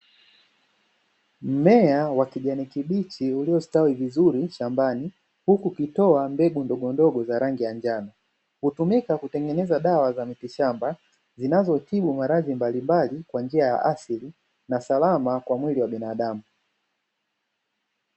Mmea wa kijani kibichi uliostawi vizuri shambani huku ukitoa mbegu ndogondogo za rangi ya njano, hutumika kutengeneza dawa za miti shamba zinazotibu maradhi mbalimbali kwa njia ya asili na salama kwa mwili wa binadamu.